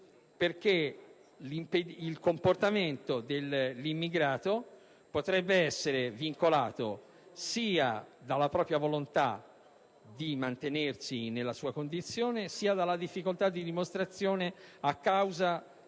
perché il comportamento dell'immigrato potrebbe essere vincolato sia alla propria volontà di mantenersi nella sua condizione sia all'incapacità dello Stato di